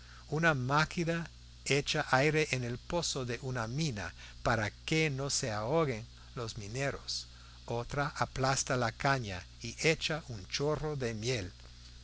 una máquina echa aire en el pozo de una mina para que no se ahoguen los mineros otra aplasta la caña y echa un chorro de miel